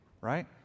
right